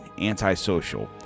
antisocial